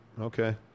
okay